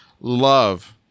love